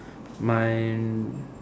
mine